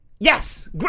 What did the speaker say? Yes